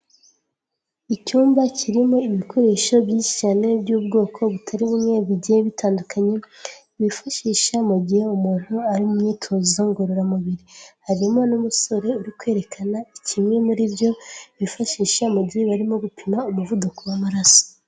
Icyumba kirimo ibikoresho byinshi cyane by'ubwoko butari bumwe bigiye bitandukanye, bifashisha mu gihe umuntu ari mu myitozo ngororamubiri. Harimo n'umusore uri kwerekana kimwe muri byo, bifashisha mu gihe barimo gupima umuvuduko w'amaraso.